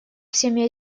всеми